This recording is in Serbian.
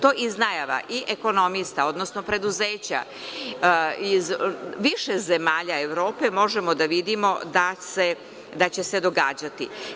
To, iz najava i ekonomista, odnosno preduzeća, iz više zemalja Evrope, možemo da vidimo da će se događati.